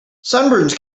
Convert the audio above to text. sunburns